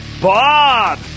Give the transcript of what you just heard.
Bob